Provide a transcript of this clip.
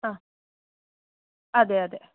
ആ അതെയതെ